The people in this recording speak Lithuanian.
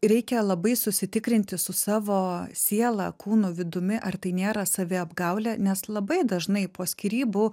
reikia labai susitikrinti su savo siela kūno vidumi ar tai nėra saviapgaulė nes labai dažnai po skyrybų